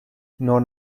non